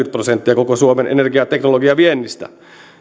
prosenttia koko suomen energiateknologiaviennistä